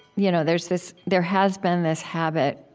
you know there's this there has been this habit,